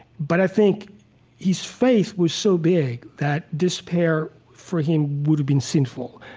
but i think his faith was so big, that despair for him would have been sinful.